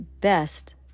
best